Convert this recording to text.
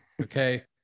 Okay